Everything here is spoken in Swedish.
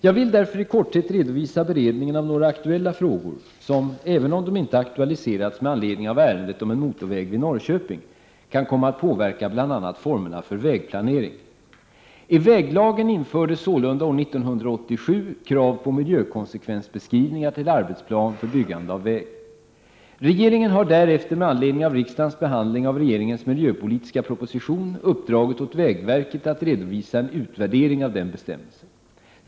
Jag vill därför i korthet redovisa beredningen av några aktuella frågor som — även om de inte aktualiserats med anledning av ärendet om en motorväg vid Norrköping — kan komma att påverka bl.a. formerna för vägplanering. Regeringen har därefter med anledning av riksdagens behandling av regeringens miljöpolitiska proposition uppdragit åt vägverket att redovisa en utvärdering av denna bestämmelse.